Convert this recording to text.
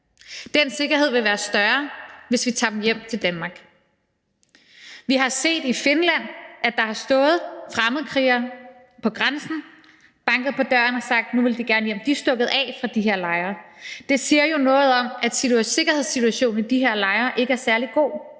Den sikkerhed vil være større, hvis vi tager dem hjem til Danmark. Vi har set i Finland, at der har stået fremmedkrigere på grænsen og banket på døren og sagt, at nu ville de gerne hjem. De er stukket af fra de her lejre. Det siger jo noget om, at sikkerhedssituationen i de her lejre ikke er særlig god,